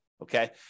Okay